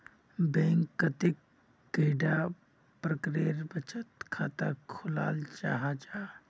Bank कतेक कैडा प्रकारेर बचत खाता खोलाल जाहा जाहा?